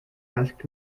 asked